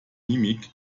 mimik